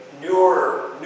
newer